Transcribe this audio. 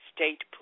State